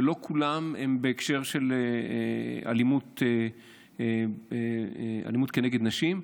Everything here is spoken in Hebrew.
ולא כולם בהקשר של אלימות כנגד נשים.